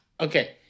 Okay